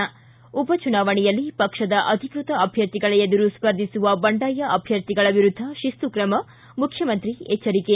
ಿ ಉಪಚುನಾವಣೆಯಲ್ಲಿ ಪಕ್ಷದ ಅಧಿಕೃತ ಅಭ್ಯರ್ಥಿಗಳ ಎದುರು ಸ್ಪರ್ಧಿಸುವ ಬಂಡಾಯ ಅಭ್ಯರ್ಥಿಗಳ ವಿರುದ್ಧ ಶಿಸ್ತು ಕ್ರಮ ಮುಖ್ಯಮಂತ್ರಿ ಎಚ್ಚರಿಕೆ